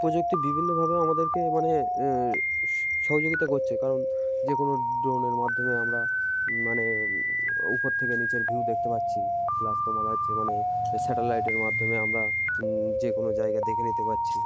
প্রযুক্তি বিভিন্নভাবে আমাদেরকে মানে স সহযোগিতা করছে কারণ যে কোনো ড্রোনের মাধ্যমে আমরা মানে উপর থেকে নিচের ভিউ দেখতে পাচ্ছি প্লাস তোমার হচ্ছে মানে স্যাটেলাইটের মাধ্যমে আমরা যে কোনো জায়গা দেখে নিতে পারছি